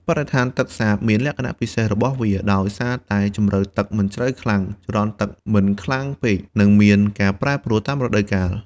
បរិស្ថានទឹកសាបមានលក្ខណៈពិសេសរបស់វា ដោយសារតែជម្រៅទឹកមិនជ្រៅខ្លាំង ចរន្តទឹកមិនខ្លាំងពេក និងមានការប្រែប្រួលតាមរដូវកាល។